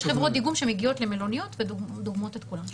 אז יש חברות דיגום שמגיעות למלוניות ודוגמות את כולם שם.